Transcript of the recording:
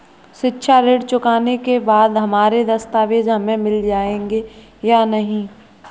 शिक्षा ऋण चुकाने के बाद हमारे दस्तावेज हमें मिल जाएंगे या नहीं?